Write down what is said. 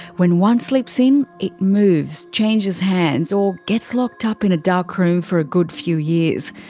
when one slips in it moves, changes hands, or gets locked up in a dark room for a good few years.